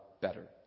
better